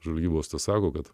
žvalgybos tą sako kad